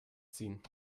ziehen